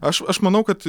aš aš manau kad